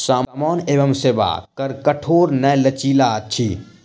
सामान एवं सेवा कर कठोर नै लचीला अछि